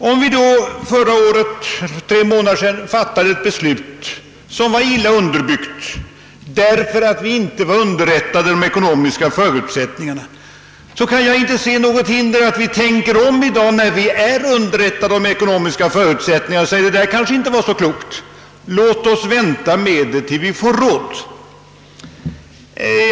Om vi då för tre månader sedan fattade ett beslut i saken som var illa underbyggt därför att vi inte var underrättade om de ekonomiska förutsättningarna, kan jag inte se något hinder för att vi i dag tänker om, när vi nu har fått reda på de ekonomiska förutsättningarna. Vi kanske säger oss att beslutet inte var så klokt. Låt oss vänta med genomförandet av detta tills vi får råd.